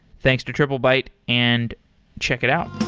thanks to triplebyte, and check it out.